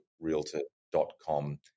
Realtor.com